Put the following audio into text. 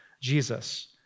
Jesus